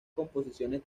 composiciones